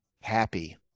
happy